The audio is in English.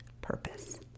purpose